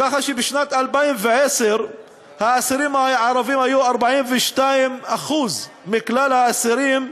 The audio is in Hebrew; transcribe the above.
ככה שבשנת 2010 האסירים הערבים היו 42% מכלל האסירים,